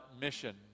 mission